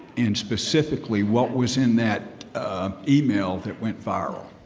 and, specifically, what was in that email that went viral?